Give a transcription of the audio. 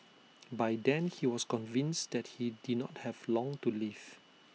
by then he was convinced that he did not have long to live